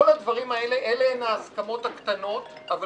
כל הדברים האלה הם ההסכמות הקטנות אבל